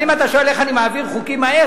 אז אם אתה שואל איך אני מעביר חוקים מהר,